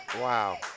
Wow